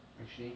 actually